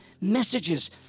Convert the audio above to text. messages